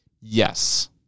Yes